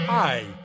Hi